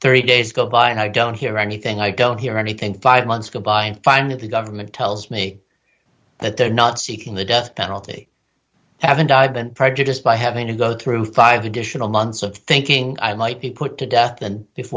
three days go by and i don't hear anything i don't hear anything five months go by and finally the government tells me that they're not seeking the death penalty haven't i been prejudiced by having to go through five additional months of thinking i might be put to death and